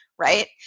Right